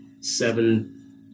seven